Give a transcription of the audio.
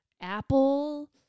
Apple